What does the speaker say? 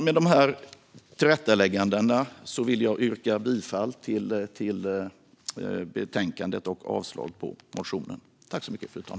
Med dessa tillrättalägganden vill jag yrka bifall till utskottets förslag i betänkandet och avslag på motionen.